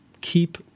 keep